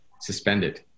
suspended